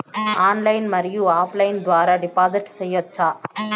Online మరియు offline ద్వారా డిపాజిట్లు సేయొచ్చా?